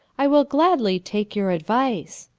i will gladly take your advice.